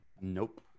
Nope